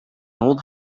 old